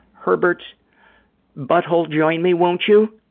herbert's butthole, join me, won't you?